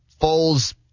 Foles